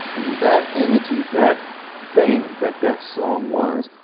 and that energy, that thing that that song was,